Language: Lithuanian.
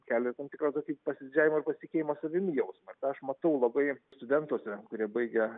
kelia tam tikrą tokį pasididžiavimą ir pasitikėjimo savimi jausmą ir tą aš matau labai studentuose kurie baigę